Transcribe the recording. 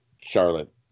Charlotte